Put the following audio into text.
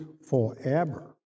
forever